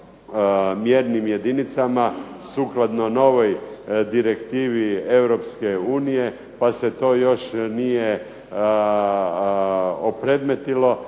mjernim jedinicama sukladno novoj direktivi EU pa se to još nije opredmetilo.